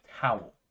Towel